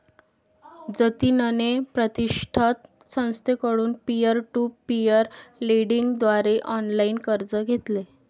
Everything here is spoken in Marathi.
जतिनने प्रतिष्ठित संस्थेकडून पीअर टू पीअर लेंडिंग द्वारे ऑनलाइन कर्ज घेतले